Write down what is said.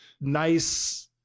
nice